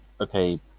okay